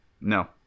No